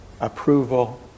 approval